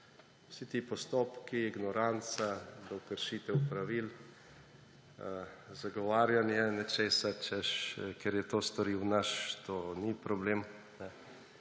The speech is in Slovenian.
Vsi ti postopki, ignoranca, do kršitev pravil, zagovarjanje nečesa, češ, ker je to storil naš, to ni problem,